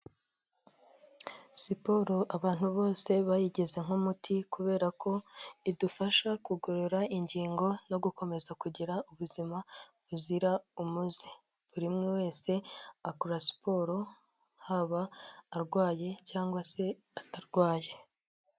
Siporo abantu bose bayigize nk'umuti kubera ko idufasha kugorora ingingo no gukomeza kugira ubuzima buzira umuze. Buri umwe wese akora siporo, haba arwaye cyangwa se atarwaye.